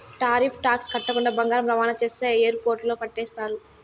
tariff tax కట్టకుండా బంగారం రవాణా చేస్తే ఎయిర్పోర్టుల్ల పట్టేస్తారు